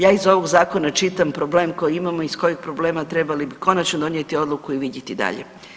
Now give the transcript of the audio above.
Ja iz ovog zakona čitam problem koji imamo i iz kojeg problema trebali bi konačno donijeti odluku i vidjeti dalje.